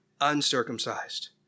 uncircumcised